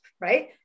right